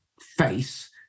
face